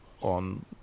on